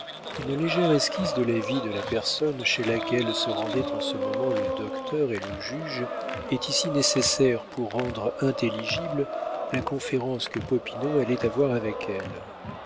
une légère esquisse de la vie de la personne chez laquelle se rendaient en ce moment le docteur et le juge est ici nécessaire pour rendre intelligible la conférence que popinot allait avoir avec elle